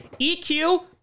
EQ